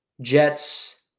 Jets